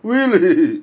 where like they